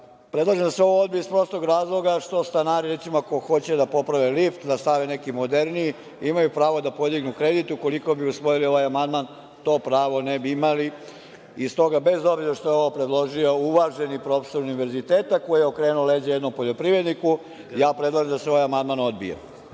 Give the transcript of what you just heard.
Predlažem da se ovo odbije iz prostog razloga što stanari, recimo, ako hoće da poprave lift, da stave neki moderniji, imaju prva da podignu kredit. Ukoliko bi usvojili ovaj amandman, to pravo ne bi imali. S toga, bez obzira što je ovo predložio uvaženi profesor univerziteta koji je okrenuo leđa jednom poljoprivredniku, ja predlažem da se ovaj amandman odbije.